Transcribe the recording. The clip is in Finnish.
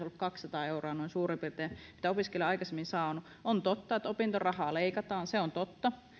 kaksisataa euroa suurin piirtein mitä opiskelija on aikaisemmin saanut on totta että opintorahaa leikataan se on totta